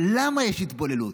אבל למה יש התבוללות?